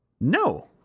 No